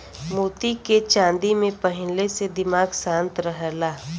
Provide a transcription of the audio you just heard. मोती के चांदी में पहिनले से दिमाग शांत रहला